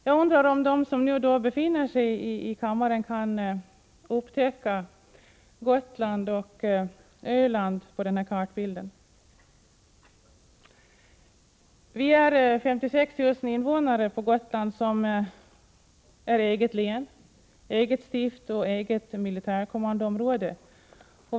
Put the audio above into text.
Jag undrar: Är det någon som kan upptäcka Gotland och Öland på denna kartbild? Vi är 56 000 invånare på Gotland i eget län, eget stift och eget militärkommandoområde.